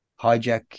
hijack